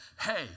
hey